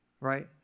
Right